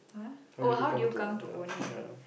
!huh! oh how do you come to own it